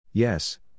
Yes